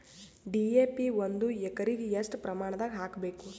DAP ಒಂದು ಎಕರಿಗ ಎಷ್ಟ ಪ್ರಮಾಣದಾಗ ಹಾಕಬೇಕು?